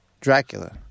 Dracula